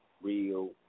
real